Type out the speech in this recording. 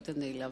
היית נעלב.